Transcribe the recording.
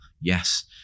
Yes